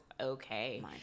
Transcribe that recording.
okay